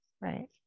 Right